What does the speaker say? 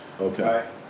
Okay